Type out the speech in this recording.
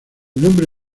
nombre